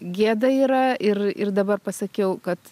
gėda yra ir ir dabar pasakiau kad